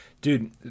Dude